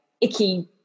icky